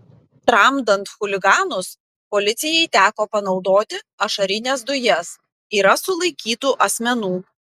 tramdant chuliganus policijai teko panaudoti ašarines dujas yra sulaikytų asmenų